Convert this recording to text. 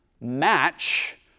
match